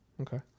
okay